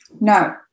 No